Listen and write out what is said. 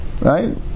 right